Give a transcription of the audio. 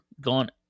gone